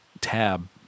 tab